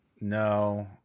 No